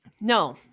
No